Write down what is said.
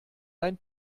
dein